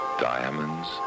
diamonds